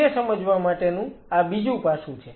તે સમજવા માટેનું આ બીજું પાસું છે